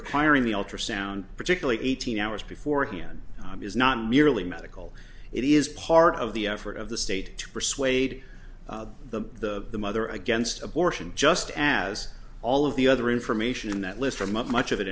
requiring the ultrasound particularly eighteen hours before hand is not merely medical it is part of the effort of the state to persuade the the the mother against abortion just as all of the other information in that list from up much of it